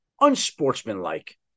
unsportsmanlike